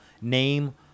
name